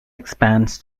expands